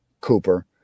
Cooper